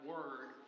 Word